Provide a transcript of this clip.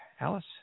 Alice